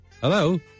hello